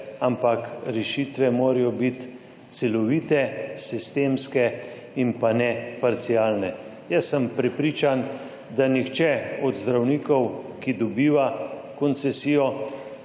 ampak rešitve morajo biti celovite, sistemske in pa ne parcialne. Jaz sem prepričan, da nihče od zdravnikov, ki dobiva koncesijo,